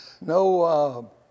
no